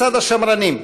מצד השמרנים,